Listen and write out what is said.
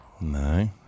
No